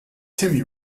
timmy